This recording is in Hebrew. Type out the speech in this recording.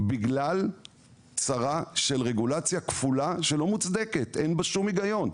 בגלל צרה של רגולציה כפולה שלא מוצדקת; אין בה שום היגיון.